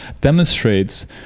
demonstrates